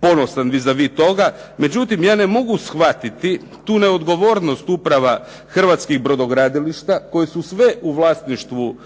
ponosan vi za vi toga. Međutim, ja ne mogu shvatiti tu neodgovornost uprava Hrvatskih brodogradilišta koje su sve u vlasništvu